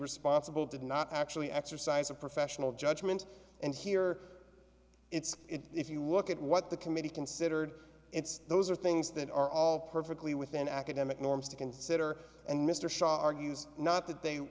responsible did not actually exercise a professional judgment and here it's if you look at what the committee considered its those are things that are all perfectly within academic norms to consider and mr shaw argues not that they